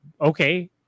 okay